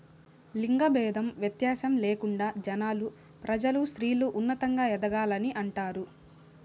లింగ భేదం వ్యత్యాసం లేకుండా జనాలు ప్రజలు స్త్రీలు ఉన్నతంగా ఎదగాలని అంటారు